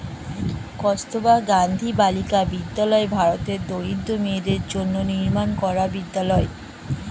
কস্তুরবা গান্ধী বালিকা বিদ্যালয় ভারতের দরিদ্র মেয়েদের জন্য নির্মাণ করা বিদ্যালয়